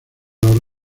los